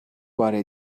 بار